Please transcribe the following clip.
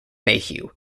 mayhew